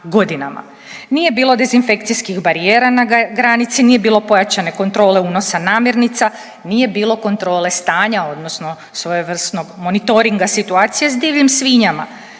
Nije bilo dezinfekcijskih barijera na granici, nije bilo pojačane kontrole unosa namirnica, nije bilo kontrole stanja odnosno svojevrsnog monitoringa situacije s divljim svinjama.